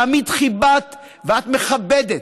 תמיד כיבדת ואת מכבדת.